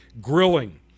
Grilling